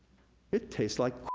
it tastes like